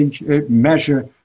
measure